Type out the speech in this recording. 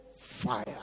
fire